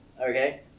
Okay